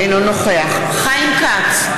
אינו נוכח חיים כץ,